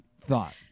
thought